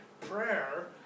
prayer